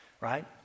right